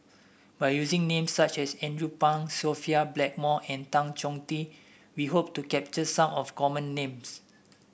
by using names such as Andrew Phang Sophia Blackmore and Tan Choh Tee we hope to capture some of the common names